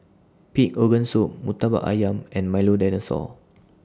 Pig Organ Soup Murtabak Ayam and Milo Dinosaur